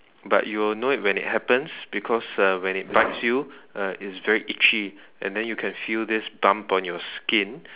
but you will know when it happens because uh when it bites you uh it's very itchy and then you can feel this bump on your skin